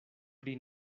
pri